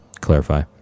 clarify